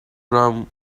rum